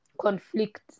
conflict